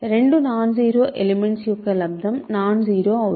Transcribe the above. రెండు non zero elements యొక్క లబ్దం నాన్ జీరో అవుతుంది